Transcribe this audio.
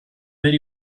per